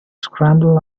scramble